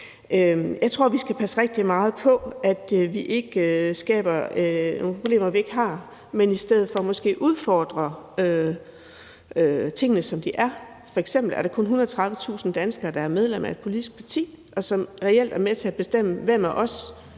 Jeg tror, vi skal passe rigtig meget på med at skabe nogle problemer, vi ikke har, men i stedet måske udfordre tingene, som de er. F.eks. er det kun 130.000 danskere, der er medlem af et politisk parti, og som reelt er med til at bestemme, hvem af os